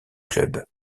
club